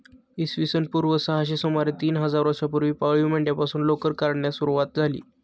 इसवी सन पूर्व सहाशे सुमारे तीन हजार वर्षांपूर्वी पाळीव मेंढ्यांपासून लोकर काढण्यास सुरवात झाली